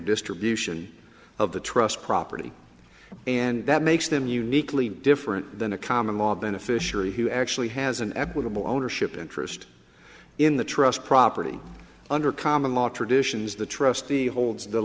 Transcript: distribution of the trust property and that makes them uniquely different than a common law beneficiary who actually has an equitable ownership interest in the trust property under common law traditions the trustee holds the